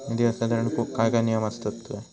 निधी हस्तांतरण करूक काय नियम असतत काय?